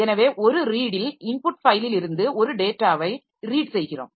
எனவே ஒரு ரீடில் இன்புட் ஃபைலிலிருந்து ஒரு டேட்டாவை ரீட் செய்கிறோம்